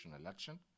election